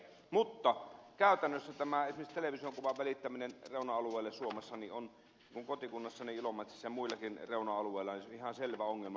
mutta käytännössä esimerkiksi television kuvan välittäminen reuna alueille suomessa on minun kotikunnassani ilomantsissa ja muillakin reuna alueilla ihan selvä ongelma